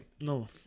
no